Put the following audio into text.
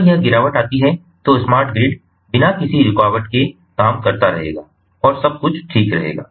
अगर यह गिरावट आती है तो स्मार्ट ग्रिड बिना किसी रुकावट के काम करता रहेगा और सब कुछ ठीक रहेगा